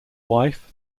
wife